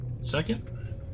Second